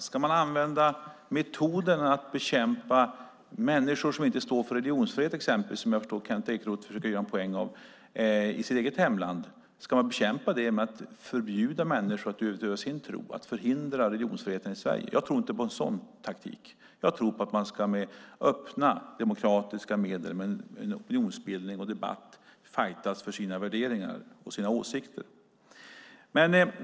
Ska man bekämpa människor som inte står för religionsfrihet i sitt eget hemland, vilket jag förstår att Kent Ekeroth försöker göra en poäng av, genom att förbjuda människor att utöva sin tro och förhindra religionsfriheten i Sverige? Jag tror inte på en sådan taktik. Jag tror på att man med öppna demokratiska medel, med opinionsbildning och debatt, ska fajtas för sina värderingar och åsikter.